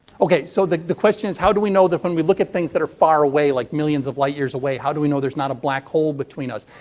okay, so the the question is how do we know, when we look at things that are far away, like millions of lightyears away, how do we know there's not a black hole between us?